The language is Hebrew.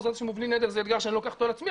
ובעזרת השם ובלי נדר זה אתגר שאני לוקח אותו על עצמי,